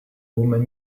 woman